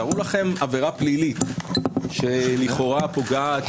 תארו לכם עבירה פלילית שלכאורה פוגעת